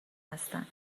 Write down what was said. هستند